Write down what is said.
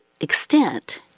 extent